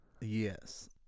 Yes